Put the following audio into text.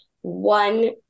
one